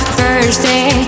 Thursday